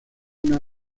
una